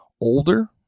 older